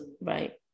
right